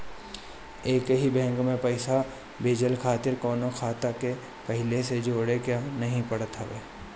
एकही बैंक में पईसा भेजला खातिर कवनो खाता के पहिले से जोड़े के नाइ पड़त हअ